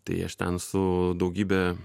tai aš ten su daugybe